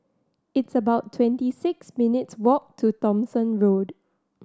it's about twenty six minutes' walk to Thomson Road